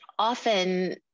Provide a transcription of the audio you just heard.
often